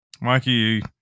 mikey